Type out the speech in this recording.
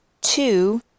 Two